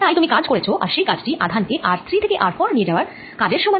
তাই তুমি কাজ করেছ আর সেই কাজটি আধান কে r3 থেকে r4 নিয়ে যাওয়ার কাজের সমান